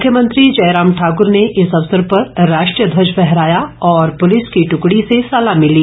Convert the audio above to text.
मुख्यमंत्री जयराम ठाकर ने इस अवसर पर राष्ट्रीय ध्वज फहराया और पुलिस ट्कड़ी से सलामी ली